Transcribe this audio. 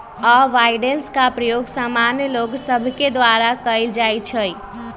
avoidance के प्रयोग सामान्य लोग सभके द्वारा कयल जाइ छइ